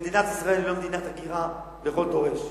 מדינת ישראל היא לא מדינת הגירה לכל דורש.